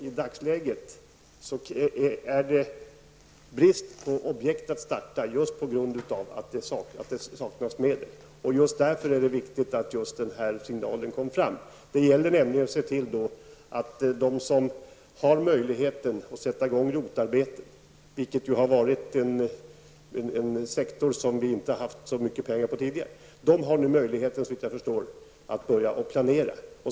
I dagsläget råder nämligen brist på startklara projekt på grund av att det saknas medel. Det är därför viktigt att denna signal går fram. Det gäller nämligen att de som har möjlighet att sätta i gång ROT-arbeten gör detta. Detta är en sektor som vi inte har satsat så mycket pengar på tidigare. Man har nu möjlighet, såvitt jag förstår, att börja planera.